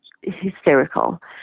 hysterical